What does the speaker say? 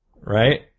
Right